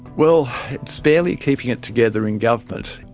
well it's barely keeping it together in government.